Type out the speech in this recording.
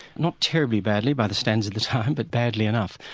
not terribly badly by the standards of the time, but badly enough,